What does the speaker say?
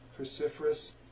cruciferous